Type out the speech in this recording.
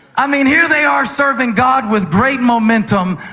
i mean, here they are serving god with great momentum,